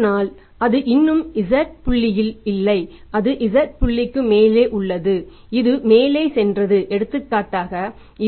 ஆனால் அது இன்னும் z புள்ளியில் இல்லை இது z புள்ளிக்கு மேலே உள்ளது இது மேலே சென்றது எடுத்துக்காட்டாக